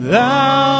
Thou